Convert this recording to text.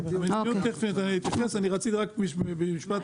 אני רק רציתי במשפט